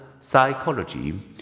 psychology